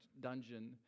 dungeon